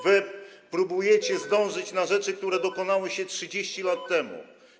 Wy próbujecie zdążyć na rzeczy, które dokonały się 30 lat temu.